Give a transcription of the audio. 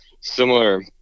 similar